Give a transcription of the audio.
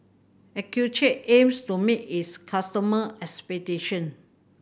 Accucheck aims to meet its customer expectation